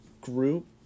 group